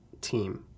team